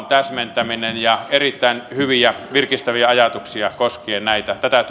täsmentäminen erittäin hyviä virkistäviä ajatuksia koskien tätä